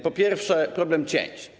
Po pierwsze, problem cięć.